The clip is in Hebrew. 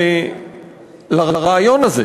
לרעיון הזה